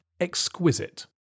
exquisite